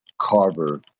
Carver